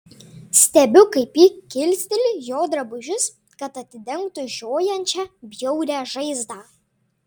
stebiu kaip ji kilsteli jo drabužius kad atidengtų žiojančią bjaurią žaizdą